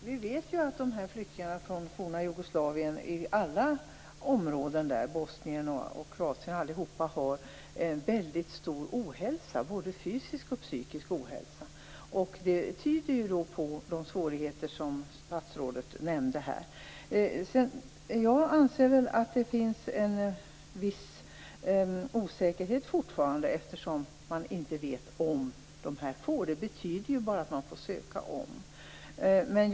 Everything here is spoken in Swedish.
Fru talman! Vi vet att flyktingarna från alla områden i det forna Jugoslavien, Bosnien, Kroatien och andra, lider av väldigt stor ohälsa, både psykisk och fysisk. Det tyder på att de upplevt sådana svårigheter som statsrådet nämnde här. Jag anser att det fortfarande råder en viss osäkerhet, eftersom man inte vet vad dessa människor får. Detta betyder bara att de får söka igen.